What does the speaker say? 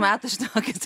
metų žinokit